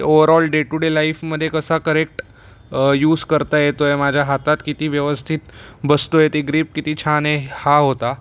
overall day to day लाईफमधे कसा correct use करता येतो आहे माझ्या हातात किती व्यवस्थित बसतोय ते ग्रीप किती छान आहे हा होता